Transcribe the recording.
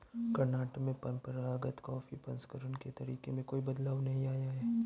कर्नाटक में परंपरागत कॉफी प्रसंस्करण के तरीके में कोई बदलाव नहीं आया है